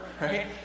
right